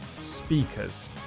speakers